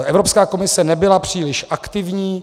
Evropská komise nebyla příliš aktivní.